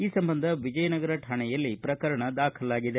ಈ ಸಂಬಂಧ ವಿಜಯನಗರ ಠಾಣೆಯಲ್ಲಿ ಪ್ರಕರಣ ದಾಖಲಾಗಿದೆ